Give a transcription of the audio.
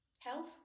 health